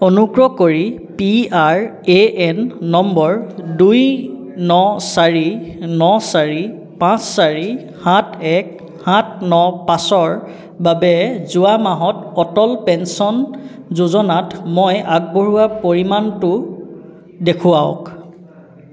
অনুগ্ৰহ কৰি P R A N নম্বৰ দুই ন চাৰি ন চাৰি পাঁচ চাৰি সাত এক সাত ন পাঁচ ৰ বাবে যোৱা মাহত অটল পেঞ্চন যোজনাত মই আগবঢ়োৱা পৰিমাণটো দেখুৱাওক